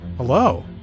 Hello